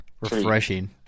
refreshing